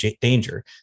danger